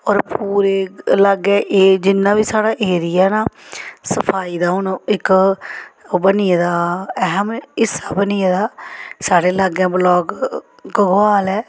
होर पूरे लाग्गै एह् जिन्ना बी साढ़ा एरिया ना सफाई दा हून इक ओह् बनी गेदा अहम हिस्सा बनी गेदा साढ़े लागै ब्लाग घगवाल ऐ